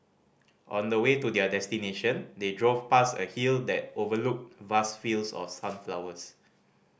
on the way to their destination they drove past a hill that overlooked vast fields of sunflowers